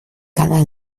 cada